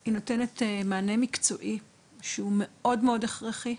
היא נותנת מענה מקצועי שהוא מאוד מאוד הכרחי,